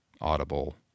Audible